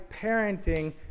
parenting